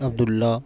عبد اللہ